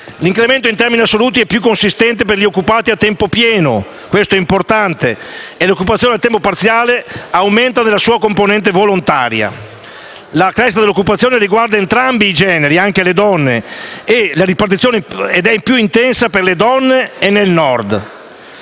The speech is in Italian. L'incremento in termini assoluti è più consistente per gli occupati a tempo pieno - è importante - e l'occupazione a tempo parziale aumenta soprattutto nella componente volontaria. La crescita dell'occupazione riguarda entrambi i generi e tutte le ripartizioni ed è più intensa per le donne e nel Nord.